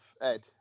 Ed